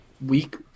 week